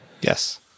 yes